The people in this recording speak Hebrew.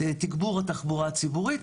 תגבור התחבורה הציבורית,